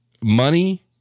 money